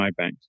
MyBank